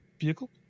vehicle